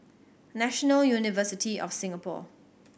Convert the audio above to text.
National University of Singapore